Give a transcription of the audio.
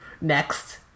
Next